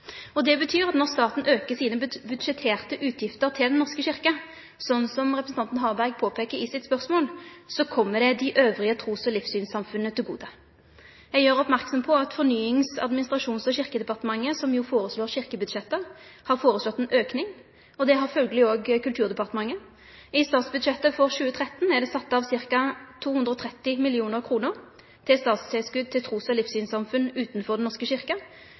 Det betyr at når staten aukar sine budsjetterte utgifter til Den norske kyrkja, sånn som representanten Harberg påpeiker i spørsmålet sitt, kjem det dei andre trus- og livssynssamfunna til gode. Eg gjer merksam på at Fornyings-, administrasjons- og kyrkjedepartementet, som foreslår kyrkjebudsjettet, har foreslått ein auke, og det har følgjeleg òg Kulturdepartementet. I statsbudsjettet for 2013 er det sett av ca. 230 mill. kr i tilskot til trus- og livssynssamfunn utanfor Den norske